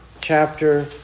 chapter